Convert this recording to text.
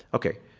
okay.